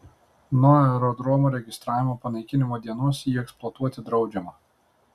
nuo aerodromo registravimo panaikinimo dienos jį eksploatuoti draudžiama